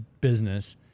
business